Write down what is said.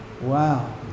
Wow